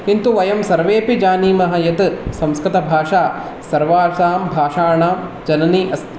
किन्तु वयं सर्वेऽपि जानीमः यत् संस्कृतभाषा सर्वासां भाषाणां जननी अस्ति